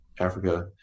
Africa